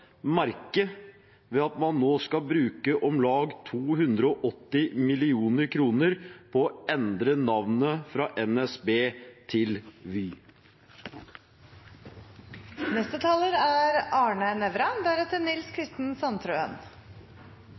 merke ved at man nå skal bruke om lag 280 mill. kr på å endre navnet fra NSB til Vy? Som siste taler